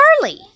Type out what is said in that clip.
Charlie